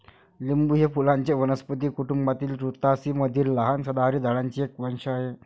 लिंबू हे फुलांच्या वनस्पती कुटुंबातील रुतासी मधील लहान सदाहरित झाडांचे एक वंश आहे